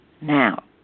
Now